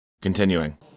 continuing